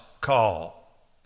call